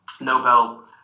Nobel